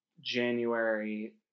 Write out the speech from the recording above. January